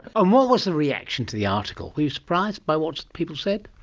um what was the reaction to the article? were you surprised by what people said?